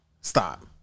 Stop